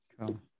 Cool